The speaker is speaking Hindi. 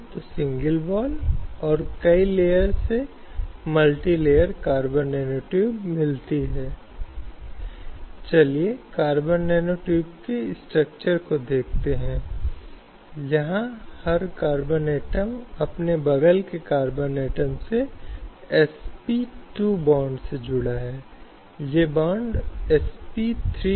उस पृष्ठभूमि में हमारे पास अंतरराष्ट्रीय विकास हैं जो कि हुए हैं और वे कानूनों और संस्थानों के निर्माण में व्यक्तिगत राष्ट्रों पर प्रभाव डाल चुके हैं जिन्होंने महिलाओं के अधिकारों को स्थापित करने उनके अधिकारों को बनाए रखने नीतियों और सिद्धांतों को खत्म करने का प्रयास किया है जो महिलाओं के प्रति भेदभावपूर्ण हैं और इस तरह से इसे देखें कि लैंगिक न्याय एक वास्तविकता बन जाता है